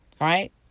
right